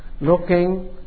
looking